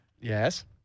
Yes